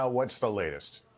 ah what's the latest?